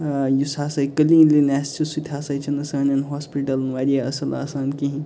ٲں یُس ہسا کٔلیٖنلِنیٚس چھُ سُہ تہِ ہسا چھُنہٕ سانٮ۪ن ہاسپِٹَلَن واریاہ اصٕل آسان کِہیٖنۍ